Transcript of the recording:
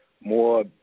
more